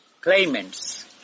claimants